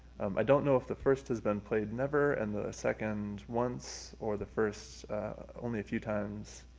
i don't know if the first has been played never and the second once, or the first only a few times,